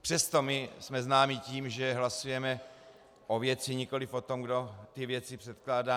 Přesto my jsme známi tím, že hlasujeme o věci, nikoliv o tom, kdo ty věci předkládá.